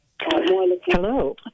Hello